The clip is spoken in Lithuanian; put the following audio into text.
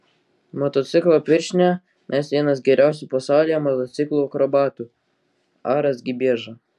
motociklo pirštinę mes vienas geriausių pasaulyje motociklų akrobatų aras gibieža